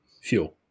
fuel